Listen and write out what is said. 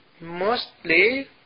mostly